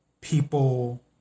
people